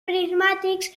prismàtics